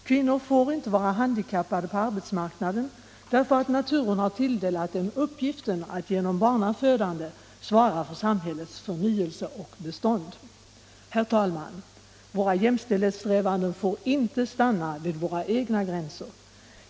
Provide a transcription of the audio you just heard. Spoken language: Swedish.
Kvinnor får inte vara handikappade på arbetsmarknaden därför att naturen har tilldelat dem uppgiften att genom barnafödande svara för samhällets förnyelse och bestånd. Herr talman! Våra jämställdhetssträvanden får inte stanna vid våra egna gränser.